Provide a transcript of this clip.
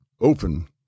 open